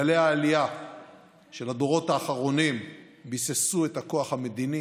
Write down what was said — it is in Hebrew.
גלי העלייה של הדורות האחרונים ביססו את הכוח המדיני,